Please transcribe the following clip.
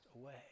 away